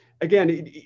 Again